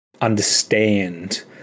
understand